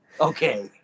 okay